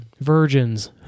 Virgins